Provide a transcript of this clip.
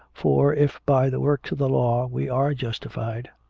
for if by the works of the law we are justified.